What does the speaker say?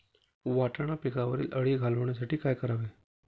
वाटाणा पिकावरील अळी घालवण्यासाठी काय करावे?